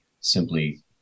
simply